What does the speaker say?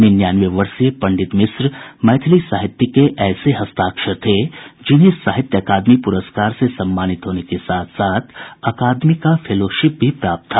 निन्यानवे वर्षीय पंडित चन्द्रनाथ मिश्र मैथिली साहित्य के ऐसे हस्ताक्षर थे जिन्हें साहित्य अकादमी पुरस्कार से सम्मानित होने के साथ साथ अकादमी का फेलोशिप भी प्राप्त था